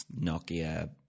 Nokia